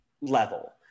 level